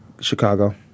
Chicago